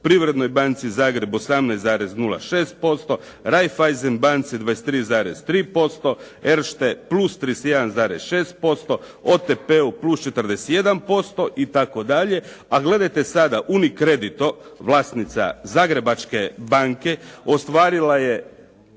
Privrednoj banci Zagreb 18,06%, Reiffeisen banci 23,3%, Erste plus 31,6%, OTP-u plus 41% itd., a gledajte sada Unicredito, vlasnica Zagrebačke banke ostvarila je